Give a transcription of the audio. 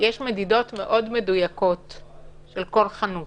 יש מדידות מאוד מדויקות של כל חנות,